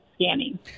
scanning